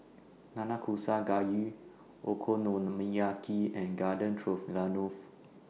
Nanakusa Gayu Okonomiyaki and Garden Stroganoff